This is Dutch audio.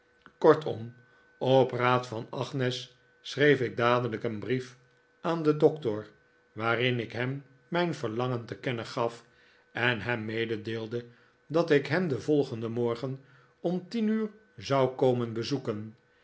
kortom op raad van agnes schreef ik dadelijk een brief aan den doctor waarin ik hem mijn verlangen te kennen gaf en hem mededeelde dat ik hem den volgenden morgen om tien uur zou komen bezoeken